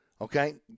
okay